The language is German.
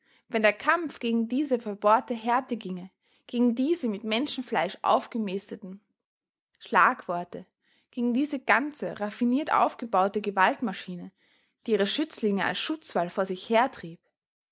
wenn der kampf gegen diese verbohrte härte ginge gegen diese mit menschenfleisch aufgemästeten schlagworte gegen diese ganze raffiniert aufgebaute gewaltmaschine die ihre schützlinge als schutzwall vor sich hertrieb